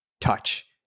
touch